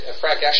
Frank